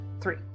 three